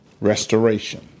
restoration